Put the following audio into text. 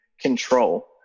control